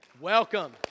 Welcome